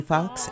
Fox